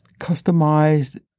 customized